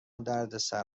دردسر